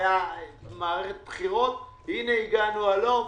הייתה מערכת בחירות והנה הגענו עד הלום